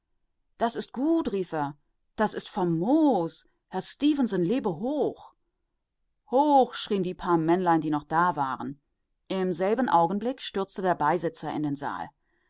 das ist gut rief er das ist famos herr stefenson lebe hoch hoch schrien die paar männlein die noch da waren im selben augenblick stürzte der beisitzer in den saal